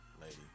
Lady